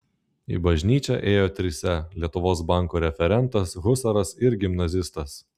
į bažnyčią ėjo trise lietuvos banko referentas husaras ir gimnazistas